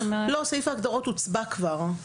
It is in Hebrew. לא, סעיף ההגדרות הוצבע כבר.